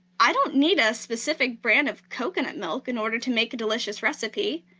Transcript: i don't need a specific brand of coconut milk in order to make a delicious recipe.